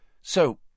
So